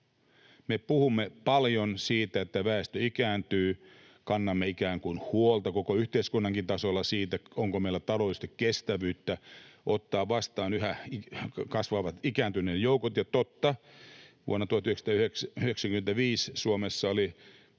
Me puhumme paljon siitä, että väestö ikääntyy. Kannamme ikään kuin huolta koko yhteiskunnankin tasolla siitä, onko meillä taloudellisesti kestävyyttä ottaa vastaan yhä kasvavat ikääntyneiden joukot. Ja totta, vuonna 1995 Suomessa oli yli